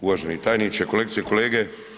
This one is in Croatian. Uvaženi tajniče, kolegice i kolege.